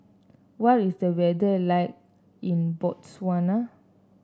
what is the weather like in Botswana